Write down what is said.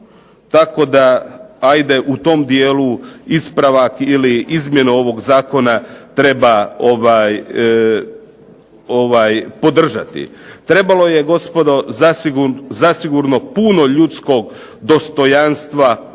tako da ajde u tom dijelu ispravak ili izmjenu ovog Zakona treba podržati. Trebalo je gospodo zasigurno puno ljudskog dostojanstva,